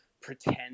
pretend